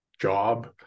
job